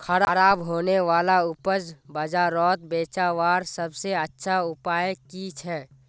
ख़राब होने वाला उपज बजारोत बेचावार सबसे अच्छा उपाय कि छे?